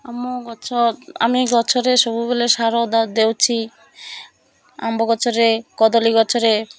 ଆମ ଗଛ ଆମେ ଗଛରେ ସବୁବେଳେ ସାର ଦେଉଛି ଆମ୍ବ ଗଛରେ କଦଳୀ ଗଛରେ